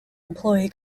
employee